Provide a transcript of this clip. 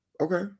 okay